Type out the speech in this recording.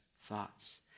thoughts